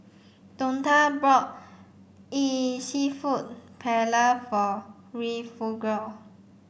Donta brought Seafood Paella for Refugio